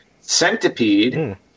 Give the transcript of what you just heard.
Centipede